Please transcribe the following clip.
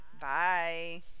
Bye